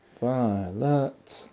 Violet